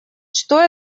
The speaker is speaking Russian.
что